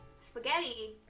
spaghetti